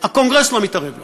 הקונגרס לא מתערב לו,